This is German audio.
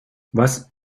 was